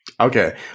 okay